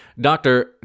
Doctor